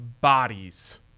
bodies